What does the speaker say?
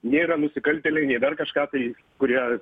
nėra nusikaltėliai nei dar kažką tai kurie